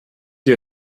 die